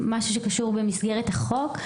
משהו שקשור במסגרת החוק,